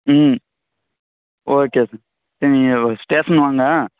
ம் okay sir சரி நீங்கள் அது ஸ்டேஷன் வாங்க